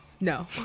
No